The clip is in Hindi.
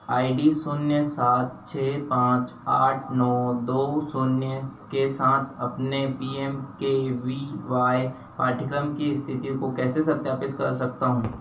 आई डी शून्य सात छः पाँच आठ नौ दो शून्य के साथ मैं अपने P M K V Y पाठ्यक्रम की स्थिति को कैसे सत्यापित कर सकता हूँ